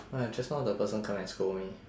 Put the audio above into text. !hais! just now the person come and scold me